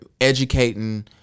educating